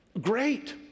Great